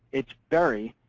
it's very